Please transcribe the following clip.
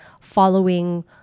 following